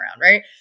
right